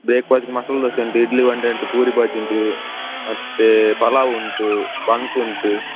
ಬ್ರೇಕ್ಫಾ್ಸ್ಟ್ಗೆ ಮಸಾಲೆ ದೋಸೆ ಉಂಟು ಇಡ್ಲಿ ವಡೆ ಉಂಟು ಪೂರಿ ಬಾಜಿ ಉಂಟು ಮತ್ತೆ ಪಲಾವ್ ಉಂಟು ಬನ್ಸ್ ಉಂಟು